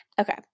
Okay